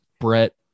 Brett